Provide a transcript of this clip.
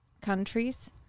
countries